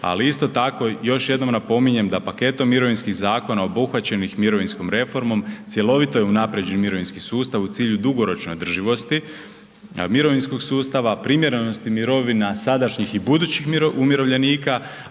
ali isto tako još jednom napominjem da paketom mirovinskih zakona obuhvaćenih mirovinskom reformom cjelovito je unaprijeđen mirovinski sustav u cilju dugoročne održivosti mirovinskog sustava, primjerenosti mirovina sadašnjih i budućih umirovljenika,